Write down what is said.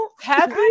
happy